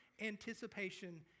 anticipation